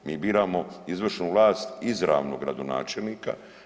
Mi biramo izvršnu vlast izravno gradonačelnika.